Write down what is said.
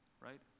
right